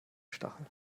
stachel